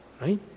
right